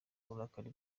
uburakari